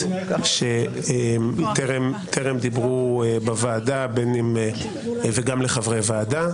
שטרם דיברו בוועדה וגם לחברי ועדה.